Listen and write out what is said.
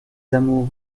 amours